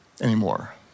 anymore